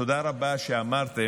תודה רבה שאמרתם: